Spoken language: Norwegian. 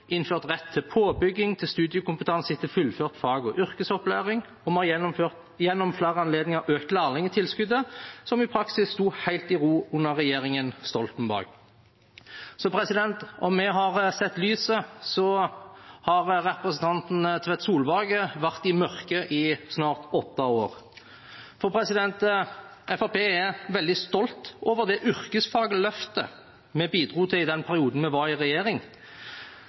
innført rett til påbygging til studiekompetanse etter fullført fag- og yrkesopplæring. Og vi har gjennom flere anledninger økt lærlingtilskuddet, som i praksis sto helt i ro under regjeringen Stoltenberg. Om vi har sett lyset, har representanten Tvedt Solberg vært i mørket i snart åtte år. Fremskrittspartiet er veldig stolt over det yrkesfaglige løftet vi bidro til i den perioden vi var i regjering,